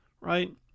right